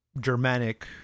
germanic